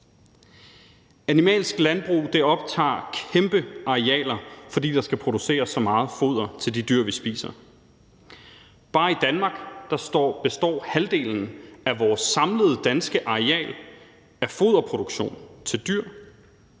Animalsk landbrug optager kæmpe arealer, fordi der skal produceres så meget foder til de dyr, vi spiser. Bare i Danmark består halvdelen af vores samlede danske areal af foderproduktion til dyr,